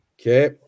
okay